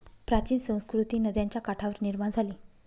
प्राचीन संस्कृती नद्यांच्या काठावर निर्माण झाली